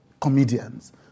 comedians